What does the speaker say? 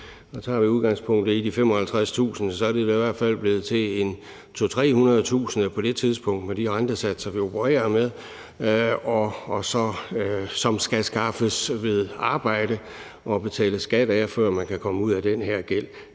Nu tager jeg udgangspunkt i de 55.000 kr., og så er de da i hvert fald blevet til 200.000-300.000 kr. på det tidspunkt med de rentesatser, vi opererer med, og de skal skaffes ved arbejde, som der skal betales skat af, før man kan komme ud af den gæld.